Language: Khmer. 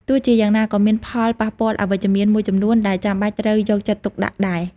ទោះជាយ៉ាងណា ក៏មានផលប៉ះពាល់អវិជ្ជមានមួយចំនួនដែលចាំបាច់ត្រូវយកចិត្តទុកដាក់ដែរ។